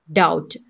doubt